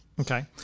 okay